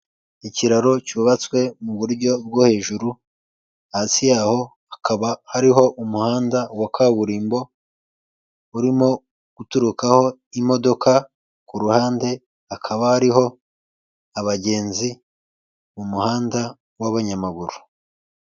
Ikiraro cyubatswe mu buryo bwo hejuru, hasi yaho hakaba hariho umuhanda wa kaburimbo urimo guturukaho imodoka, ku ruhande hakaba hariho abagenzi mu muhanda w'abanyamaguru.